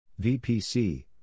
VPC